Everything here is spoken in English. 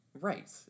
Right